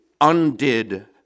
undid